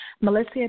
Melissa